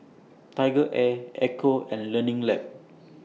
Tiger Air Ecco and Learning Lab